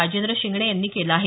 राजेंद्र शिंगणे यांनी केलं आहे